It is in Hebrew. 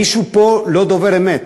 מישהו פה לא דובר אמת.